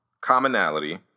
commonality